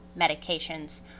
medications